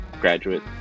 graduate